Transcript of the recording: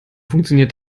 funktioniert